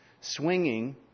swinging